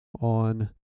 on